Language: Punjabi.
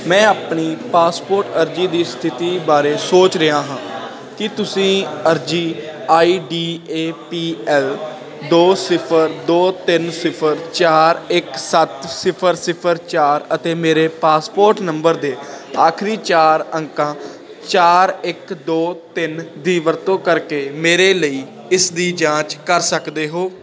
ਮੈਂ ਆਪਣੀ ਪਾਸਪੋਰਟ ਅਰਜ਼ੀ ਦੀ ਸਥਿਤੀ ਬਾਰੇ ਸੋਚ ਰਿਹਾ ਹਾਂ ਕੀ ਤੁਸੀਂ ਅਰਜ਼ੀ I D A P L ਦੋ ਸਿਫ਼ਰ ਦੋ ਤਿੰਨ ਸਿਫ਼ਰ ਚਾਰ ਇੱਕ ਸੱਤ ਸਿਫ਼ਰ ਸਿਫ਼ਰ ਚਾਰ ਅਤੇ ਮੇਰੇ ਪਾਸਪੋਰਟ ਨੰਬਰ ਦੇ ਆਖਰੀ ਚਾਰ ਅੰਕਾਂ ਚਾਰ ਇੱਕ ਦੋ ਤਿੰਨ ਦੀ ਵਰਤੋਂ ਕਰਕੇ ਮੇਰੇ ਲਈ ਇਸ ਦੀ ਜਾਂਚ ਕਰ ਸਕਦੇ ਹੋ